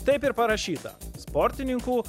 taip ir parašyta sportininkų